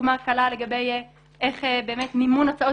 דוגמה קלה לגבי איך באמת מימון הוצאות